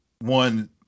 one